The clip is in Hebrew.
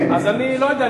אני לא יודע,